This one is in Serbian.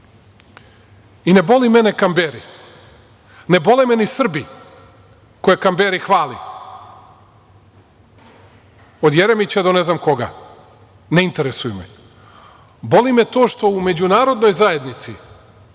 boli mene Kamberi, ne bole mi ni Srbi koje Kamberi hvali, od Jeremića do ne znam koga, ne interesuju me. Boli me to što u međunarodnoj zajednici,